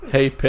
Hey